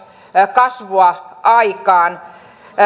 kasvua aikaan